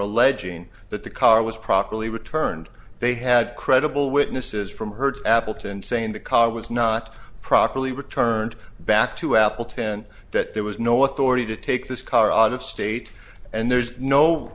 alleging that the car was properly returned they had credible witnesses from hertz appleton saying the car was not properly returned back to appleton that there was no authority to take this car out of state and there's no